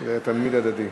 רבותי,